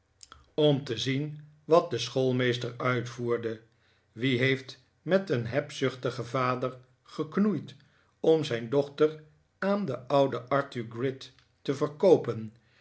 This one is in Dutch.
armslengte van zien wat de schoolmeester uitvoerde wie heeft met een hebzuchtigen vader geknoeid om zijn dochter aan den ouden arthur gride te verkoopen